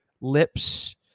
lips